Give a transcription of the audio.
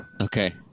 Okay